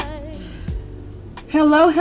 hello